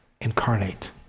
incarnate